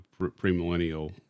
premillennial